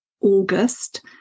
august